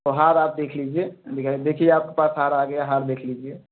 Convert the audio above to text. तो हार आप देख लीजिए दिखा देखिए आपके पास हार आ गया हार देख लीजिए